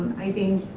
i think,